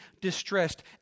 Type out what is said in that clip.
distressed